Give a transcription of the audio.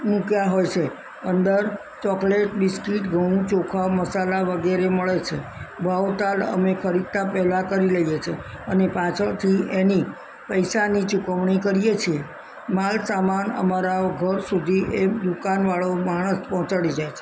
મૂક્યા હોય છે અંદર ચોકલેટ બિસ્કિટ ઘઉ ચોખા મસાલા વગેરે મળે છે ભાવ તાલ અમે ખરીદતા પહેલા કરી લઈએ છીએ અને પાછળથી એની પૈસાની ચુકવણી કરીએ છીએ માલ સમાન અમારા ઘર સુધી એ દુકાનવાળો માણસ પહોંચાડી જાય છે